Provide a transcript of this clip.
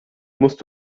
musst